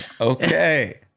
okay